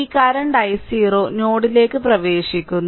ഈ current i0 നോഡിലേക്ക് പ്രവേശിക്കുന്നു